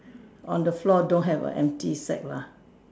on the floor don't have a empty sack lah